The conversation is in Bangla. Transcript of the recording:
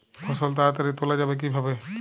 ফসল তাড়াতাড়ি তোলা যাবে কিভাবে?